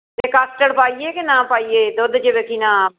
ਅਤੇ ਕਸਟਡ ਪਾਈਏ ਕਿ ਨਾ ਪਾਈਏ ਦੁੱਧ ਜਿਵੇਂ ਕਿ ਨਾ